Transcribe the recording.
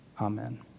Amen